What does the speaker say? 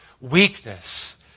Weakness